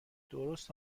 درست